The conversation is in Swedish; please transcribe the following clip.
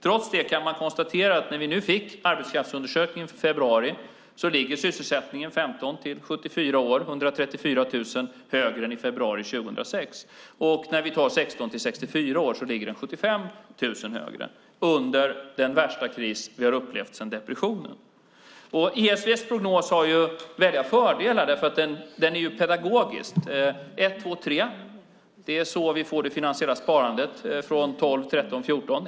Trots det kan man konstatera att när vi nu fick arbetskraftsundersökningen för februari ligger sysselsättningen för dem som är 15-74 år 134 000 högre än i februari 2006, och om vi tar dem som är 16-64 år ligger den 75 000 högre - under den värsta kris vi har upplevt sedan depressionen. ESV:s prognos har väldiga fördelar, för den är pedagogisk: 1, 2 och 3 - det är så vi får det finansiella sparandet från 2012, 2013 och 2014.